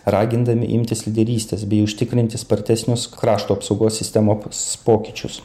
ragindami imtis lyderystės bei užtikrinti spartesnius krašto apsaugos sistemos pokyčius